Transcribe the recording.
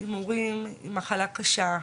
שהימורים זו מחלה קשה.